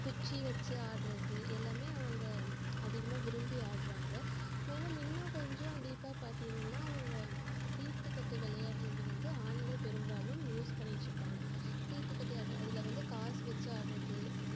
குச்சி வச்சு ஆட்டுது எல்லாம் அவங்க அதிகமாக விரும்பி ஆடுறாங்க மேலும் இன்னும் கொஞ்சம் டீப்பாக பார்த்தீங்கன்னா அவங்க சீட்டுக்கட்டு விளையாட்றது வந்து ஆண்கள் பெரும்பாலும் யூஸ் பண்ணிட்டு இருக்காங்க சீட்டுக்கட்டு அது அதில் வந்து காசு வச்சு ஆடுறது